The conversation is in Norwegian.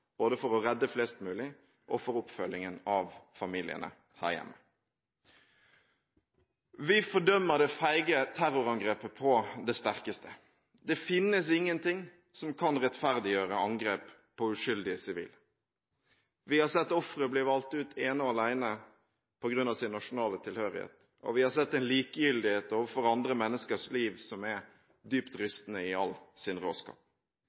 både for å redde flest mulig og for oppfølgingen av familiene her hjemme. Vi fordømmer det feige terrorangrepet på det sterkeste. Det finnes ingen ting som kan rettferdiggjøre angrep på uskyldige sivile. Vi har sett ofre bli valgt ut ene og alene på grunn av sin nasjonale tilhørighet, og vi har sett en likegyldighet overfor andre menneskers liv som er dypt rystende i all sin råskap.